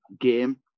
game